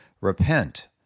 Repent